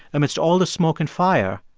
amidst all the smoke and fire,